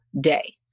day